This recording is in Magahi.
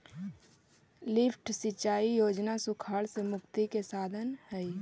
लिफ्ट सिंचाई योजना सुखाड़ से मुक्ति के साधन हई